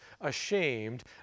ashamed